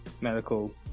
medical